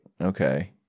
Okay